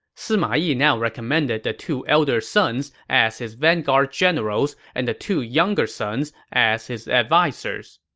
sima yi now recommended the two elder sons as his vanguard generals, and the two younger sons as his advisers.